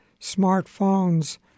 smartphone's